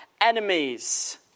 enemies